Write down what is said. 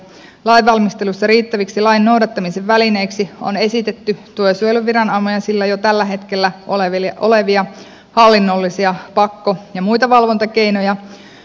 lain valmistelussa riittäviksi lain noudattamisen välineiksi on esitetty työsuojeluviranomaisilla jo tällä hetkellä olevia hallinnollisia pakko ja muita valvontakeinoja